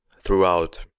throughout